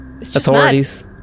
authorities